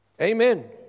Amen